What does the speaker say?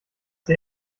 der